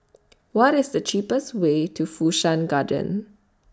What IS The cheapest Way to Fu Shan Garden